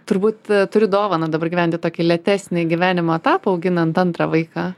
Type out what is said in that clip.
turbūt turiu dovaną dabar gyventi tokį lėtesnį gyvenimo etapą auginant antrą vaiką